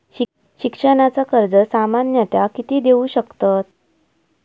शिक्षणाचा कर्ज सामन्यता किती देऊ शकतत?